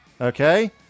Okay